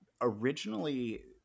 Originally